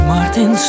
Martin